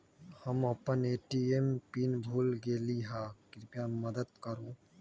हम अपन ATM PIN भूल गेली ह, कृपया मदत करू